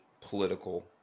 political